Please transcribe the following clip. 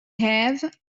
have